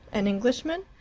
an englishman?